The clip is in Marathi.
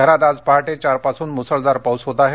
शहरात आज पहाटे चार वाजेपासून मुसळधार पाऊस होत आहे